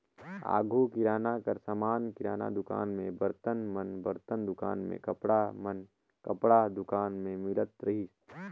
आघु किराना कर समान किराना दुकान में, बरतन मन बरतन दुकान में, कपड़ा मन कपड़ा दुकान में मिलत रहिस